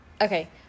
okay